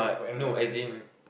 no as in